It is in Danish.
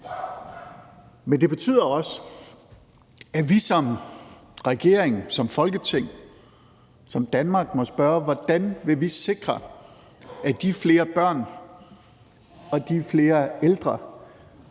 men det betyder også, at vi som regering, som Folketing, som Danmark må spørge: Hvordan vil vi sikre, at de flere børn og de flere ældre